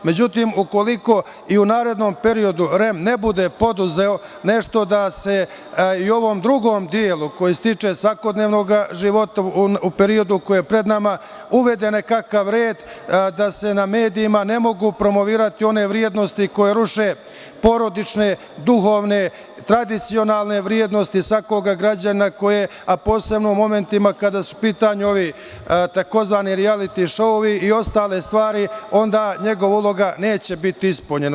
Međutim, ukoliko i u narednom periodu REM ne bude poduzeo nešto da se i u ovom drugom delu koji se tiče svakodnevnog života, u periodu koji je pred nama, uvede nekakav red, da se na medijima ne mogu promovisati one vrednosti koje ruše porodične, duhovne, tradicionalne vrednosti svakog građanina, koje, a posebno u momentima kada su u pitanju ovi tzv. rijaliti šoui, i ostale stvari, onda njegova uloga neće biti ispunjena.